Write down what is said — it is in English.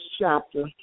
chapter